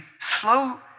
slow